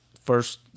first